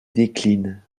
décline